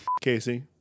Casey